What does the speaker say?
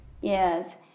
Yes